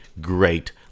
great